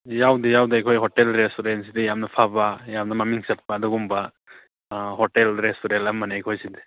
ꯌꯥꯎꯗꯦ ꯌꯥꯎꯗꯦ ꯑꯩꯈꯣꯏ ꯍꯣꯇꯦꯜ ꯔꯦꯁꯇꯨꯔꯦꯟꯁꯤꯗꯤ ꯌꯥꯝꯅ ꯐꯕ ꯌꯥꯝꯅ ꯃꯃꯤꯡ ꯆꯠꯄ ꯑꯗꯨꯒꯨꯝꯕ ꯍꯣꯇꯦꯜ ꯔꯦꯁꯇꯨꯔꯦꯟ ꯑꯃꯅꯤ ꯑꯩꯈꯣꯏꯁꯤꯗꯤ